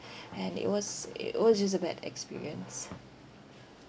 and it was it was just a bad experience